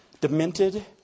demented